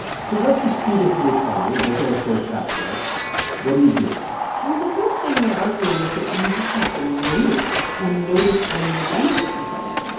so once you see this in the economy regulatory capture what do you do about it? well, the first thing they're arguing is that you just have to notice it and notice when you're benefiting from it.